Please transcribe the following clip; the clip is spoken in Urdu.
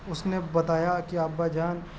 اس نے بتایا کہ ابا جان